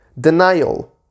denial